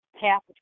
half